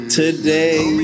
today